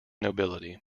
nobility